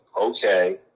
okay